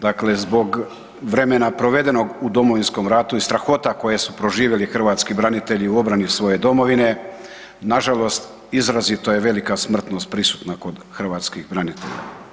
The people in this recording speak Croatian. Dakle, zbog vremena provedenog u Domovinskom ratu i strahota koje su proživjeli hrvatski branitelji u obrani svoje domovine nažalost izrazito je velika smrtnost prisutna kod hrvatskih branitelja.